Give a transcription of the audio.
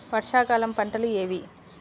వర్షాకాలం పంటలు ఏవి?